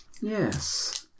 yes